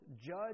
judge